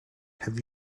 have